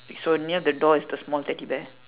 so near the door is the small teddy bear